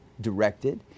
directed